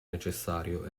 necessario